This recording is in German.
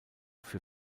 für